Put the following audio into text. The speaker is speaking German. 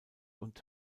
und